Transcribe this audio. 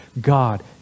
God